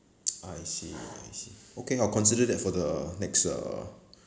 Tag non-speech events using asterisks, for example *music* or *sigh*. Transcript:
*noise* I see I see okay I'll consider that for the next uh